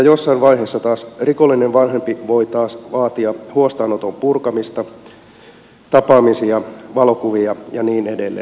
jossain vaiheessa taas rikollinen vanhempi voi taas vaatia huostaanoton purkamista tapaamisia valokuvia ja niin edelleen